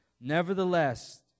nevertheless